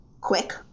quick